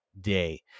day